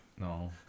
No